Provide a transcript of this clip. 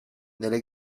nelle